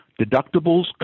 deductibles